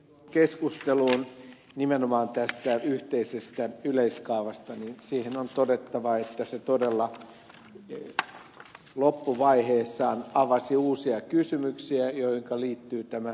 tuohon keskusteluun nimenomaan tästä yhteisestä yleiskaavasta on todettava että se todella loppuvaiheessaan avasi uusia kysymyksiä joihinka liittyy tämä ed